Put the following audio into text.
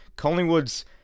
Collingwood's